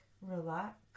relax